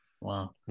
Wow